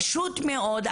פשוט מאוד,